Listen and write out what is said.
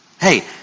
Hey